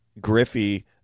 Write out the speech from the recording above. Griffey